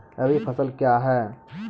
रबी फसल क्या हैं?